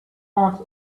want